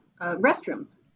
restrooms